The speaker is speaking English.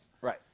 Right